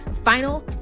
Final